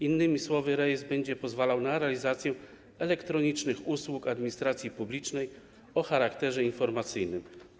Innymi słowy, rejestr będzie pozwalał na realizację elektronicznych usług administracji publicznej o charakterze informacyjnym.